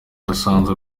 yasanze